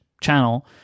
channel